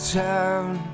town